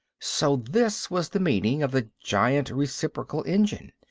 so this was the meaning of the giant reciprocal engine!